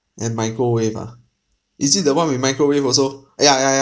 and microwave ah is it the one with microwave also ya ya yeah